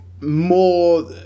more